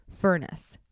furnace